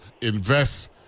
invest